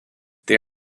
they